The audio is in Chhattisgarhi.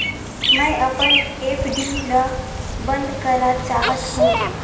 मैं अपन एफ.डी ल बंद करा चाहत हों